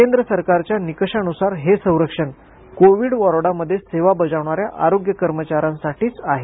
केंद्र सरकारच्या निकषांनुसार हे संरक्षण कोविड वॉर्डामध्ये सेवा बजावणाऱ्या आरोग्य कर्मचाऱ्यांसाठीच आहे